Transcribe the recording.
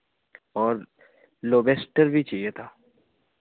और लोबेस्टर भी चाहिए था